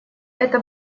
это